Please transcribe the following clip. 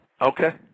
Okay